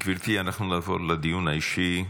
גברתי, אנחנו נעבור לדיון האישי.